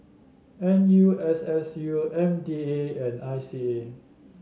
N U S S U M D A and I C A